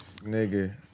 Nigga